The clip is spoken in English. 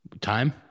Time